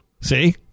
See